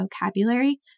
vocabulary